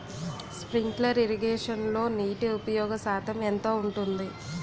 Sprinkler ఇరగేషన్లో నీటి ఉపయోగ శాతం ఎంత ఉంటుంది?